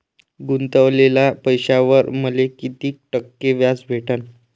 गुतवलेल्या पैशावर मले कितीक टक्के व्याज भेटन?